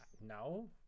no